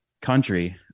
country